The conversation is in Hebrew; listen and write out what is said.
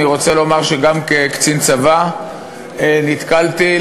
גם כקצין צבא נתקלתי,